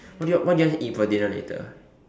what do you what do you want to eat for dinner later